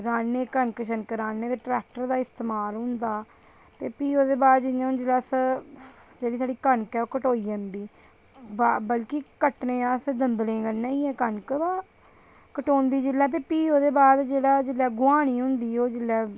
राह्न्ने ते कनक शनक राह्न्ने ते ट्रैक्टर दा इस्तेमाल होंदा ते प्ही ओह्दे बाद जेल्लै जि'यां अस ते जेह्ड़ी साढ़ी कनक ऐ ओह् कटोई जंदी बल्कि कट्टने अस दंदलें कन्नै गै कनक बा कटोंदी जेल्लै ते प्ही ओह्दे बाद जेल्लै ओह् गु'हानी होंदी जेल्लै